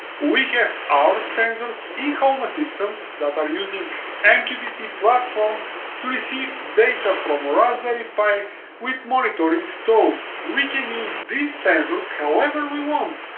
we have our sensors in home assistant that are using and mqtt platform to receive data from our raspberry pi with monitor installed. we can use these sensors however we want,